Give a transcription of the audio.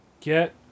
Get